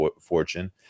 fortune